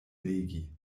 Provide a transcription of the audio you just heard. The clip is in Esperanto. legi